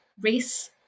Race